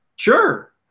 Sure